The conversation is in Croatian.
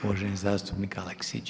Uvaženi zastupnik Aleksić.